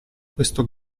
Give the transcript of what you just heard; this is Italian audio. questo